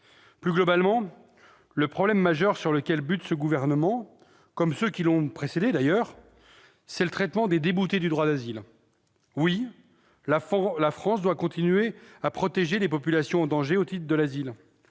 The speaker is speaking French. Plus globalement, le problème majeur sur lequel bute ce gouvernement, comme d'ailleurs ceux qui l'ont précédé, est celui du traitement des déboutés du droit d'asile. Oui, la France doit continuer à protéger les populations en danger au titre de l'asile.